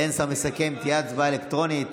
אין שר מסכם, תהיה הצבעה אלקטרונית.